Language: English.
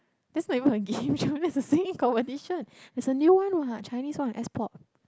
that's not even a game show that's a singing competition there's a new one what Chinese one S pop